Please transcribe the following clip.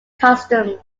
customs